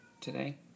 today